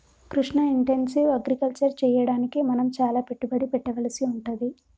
Krishna intensive agriculture చెయ్యడానికి మనం చాల పెట్టుబడి పెట్టవలసి వుంటది